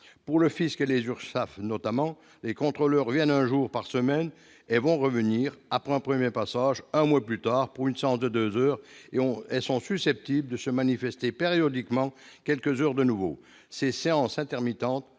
pour le Fisc et les Urssaf, notamment les contrôles revienne un jour par semaine et vont revenir après un 1er passage un mois plutôt rare pour une séance de 2 heures et on et sont susceptibles de se manifester périodiquement quelques jours de nouveau ces séances intermittente